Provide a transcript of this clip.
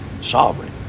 Sovereign